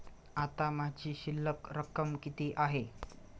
आता माझी शिल्लक रक्कम किती आहे?